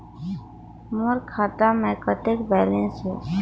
मोर खाता मे कतेक बैलेंस हे?